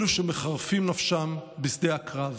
אלה שמחרפים נפשם בשדה הקרב,